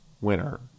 winner